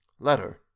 Letter